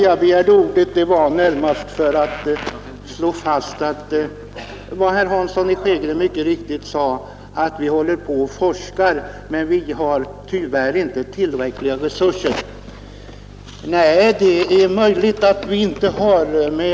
Jag begärde ordet närmast för att slå fast vad herr Hansson i Skegrie mycket riktigt sade, att vi håller på och forskar. Men, sade herr Hansson, vi har tyvärr inte tillräckliga resurser. Nej, det är möjligt att vi inte har det.